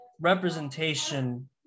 representation